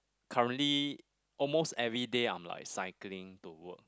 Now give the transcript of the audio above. currently almost everyday I'm like cycling to work